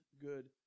good